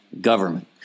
government